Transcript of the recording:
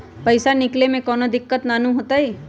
पईसा निकले में कउनो दिक़्क़त नानू न होताई?